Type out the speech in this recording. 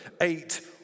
Eight